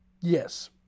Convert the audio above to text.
Yes